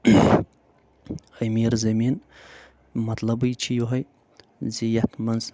أمیٖر زٔمیٖن مطلبٕے چھِ یِہوے زِ یَتھ منٛز